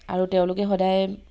আৰু তেওঁলোকে সদায়